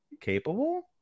capable